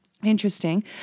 Interesting